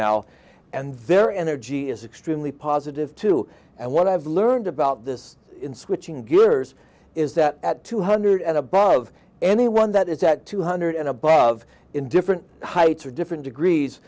now and their energy is extremely positive too and what i've learned about this in switching gears is that at two hundred and above anyone that is at two hundred and above in different heights or different degrees